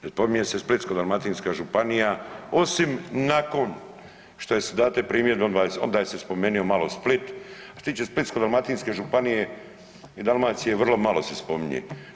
Ne spominje se Splitsko-dalmatinska županija osim nakon što je su date primjedbe onda je se spomenuo malo Split, a što se tiče Splitsko-dalmatinske županije i Dalmacije vrlo malo se spominje.